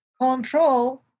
control